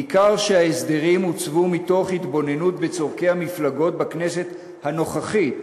ניכר שההסדרים עוצבו מתוך התבוננות בצורכי המפלגות בכנסת הנוכחית,